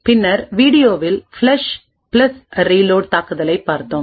பின்னர் வீடியோவில் ஃப்ளஷ் ரீலோட்Flush Reload தாக்குதலைப் பார்த்தோம்